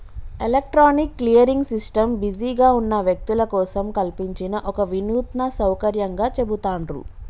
electronic clearing system బిజీగా ఉన్న వ్యక్తుల కోసం కల్పించిన ఒక వినూత్న సౌకర్యంగా చెబుతాండ్రు